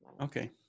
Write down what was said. okay